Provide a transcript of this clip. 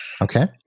Okay